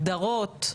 הגדרות?